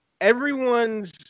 everyone's